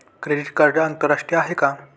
Credit card आंतरराष्ट्रीय आहे का?